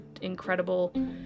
incredible